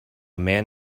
man